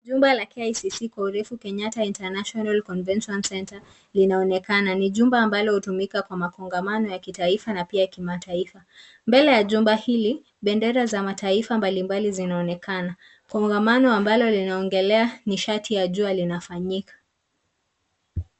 Jumba la KCC kwa urefu; Kenyatta international convention centre' linaonekana ni jumba ambalo hutumika kwa makongamano ya kitaifa na pia kimataifa ,mbele ya jumba hili bendera za mataifa mbalimbali zinaonekana kongamano ambalo linaongelea nishati ya jua linafanyika.